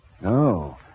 No